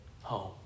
home